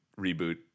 reboot